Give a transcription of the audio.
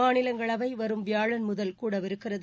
மாநிலங்களவை வரும் வியாழன் முதல் கூடவிருக்கிறது